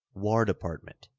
war department,